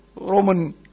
Roman